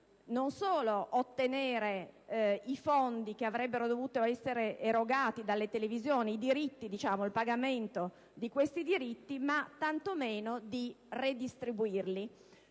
non solo di ottenere i fondi che avrebbero dovuto essere erogati dalle televisioni, dunque il pagamento dei diritti, ma tantomeno di redistribuirli.